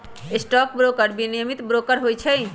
stock broker विनियमित broker होइ छइ